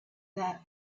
that